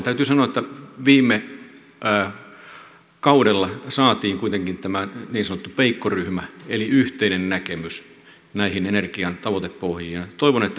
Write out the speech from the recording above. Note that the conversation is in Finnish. täytyy sanoa että viime kaudella saatiin kuitenkin tämä niin sanottu peikko ryhmä eli yhteinen näkemys näihin energian tavoitepohjiin ja toivon että ne pitävät